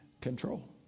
control